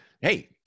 Hey